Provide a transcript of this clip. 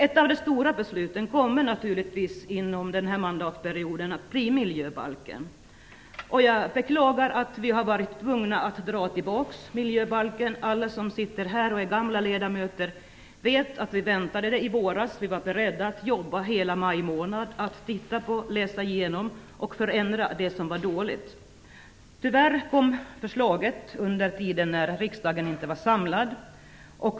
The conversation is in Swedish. Ett av de stora besluten inom den här mandatperioden kommer naturligtvis att bli beslutet om miljöbalken. Jag beklagar att vi har varit tvungna att dra tillbaka miljöbalken. Alla gamla ledamöter här vet att vi väntade förslaget i våras. Vi var beredda att jobba hela maj månad för att titta på det, läsa igenom det och förändra det som var dåligt. Tyvärr kom förslaget under den tid när riksdagen inte var samlad.